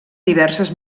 diverses